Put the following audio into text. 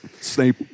Snape